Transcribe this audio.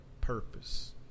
purpose